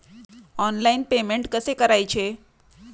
Online payment कसे करायचे?